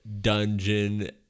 dungeon